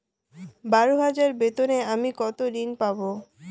বারো হাজার বেতনে আমি কত ঋন পাব?